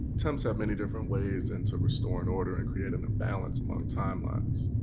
temps have many different ways and to restore an order and create an imbalance among timelines.